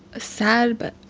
ah sad, but